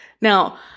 Now